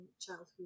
childhood